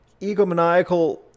egomaniacal